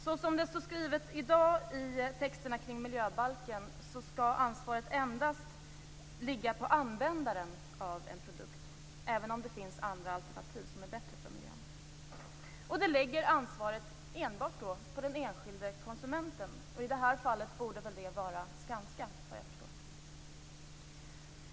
Såsom det står skrivet i dag i texterna kring miljöbalken, skall ansvaret endast ligga på användaren av en produkt - även om det finns andra alternativ som är bättre för miljön. Det lägger ansvaret enbart på den enskilde konsumenten. I det här fallet borde väl det vara Skanska vad jag förstår.